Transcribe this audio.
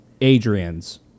Adrian's